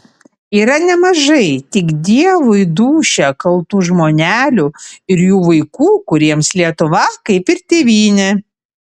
yra nemažai tik dievui dūšią kaltų žmonelių ir jų vaikų kuriems lietuva kaip ir tėvynė